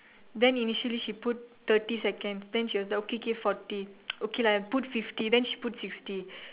then initially she put thirty seconds then she was like okay okay forty okay lah put fifty then she put sixty